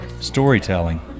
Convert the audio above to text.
storytelling